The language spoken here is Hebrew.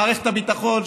מערכת הביטחון,